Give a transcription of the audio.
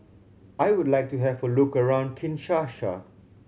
I would like to have a look around Kinshasa